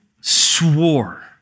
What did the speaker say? swore